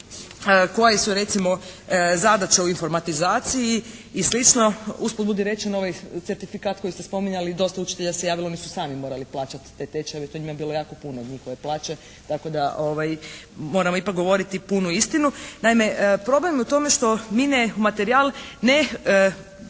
koje su recimo zadaće u informatizaciji i slično. Usput budi rečeno ovaj certifikat koji ste spominjali, dosta učitelja se javilo, oni su sami morali plaćati te tečajeve. To je njima bilo jako puno od njihove plaće, tako da moramo ipak govoriti punu istinu. Naime, problem je u tome što mi ne, materijal ne